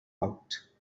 out